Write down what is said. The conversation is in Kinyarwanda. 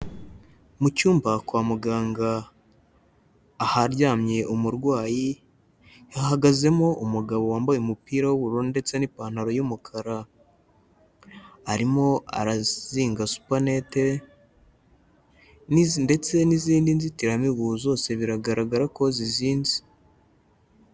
Mu cyumba kwa muganga aharyamye umurwayi hahagazemo umugabo wambaye umupira w'ubururu ndetse n'ipantaro y'umukara, arimo arazinga supanete ndetse n'izindi nzitiramibu zose biragaragara ko zizinze.